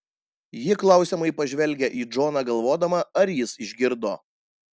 ji klausiamai pažvelgia į džoną galvodama ar jis išgirdo